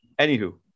anywho